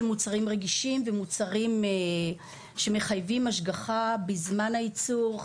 מוצרים רגישים ומוצרים שמחייבים השגחה בזמן הייצור,